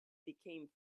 became